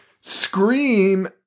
Scream